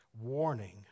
warning